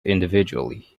individually